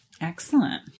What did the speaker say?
Excellent